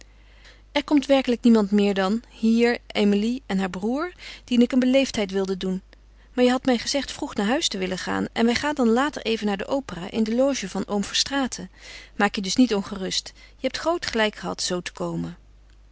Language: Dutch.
er komt werkelijk niemand meer dan hier emilie en haar broêr dien ik een beleefdheid wilde doen maar je hadt mij gezegd vroeg naar huis te willen gaan en wij gaan dan later even naar de opera in de loge van oom verstraeten maak je dus niet ongerust je hebt groot gelijk gehad zoo te komen